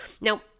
Now